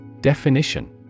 Definition